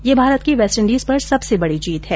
यह भारत की वेस्टइंडीज पर सबसे बड़ी जीत है